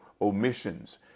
omissions